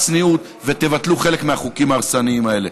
צניעות ותבטלו חלק מהחוקים ההרסניים האלה.